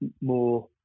more